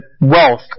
wealth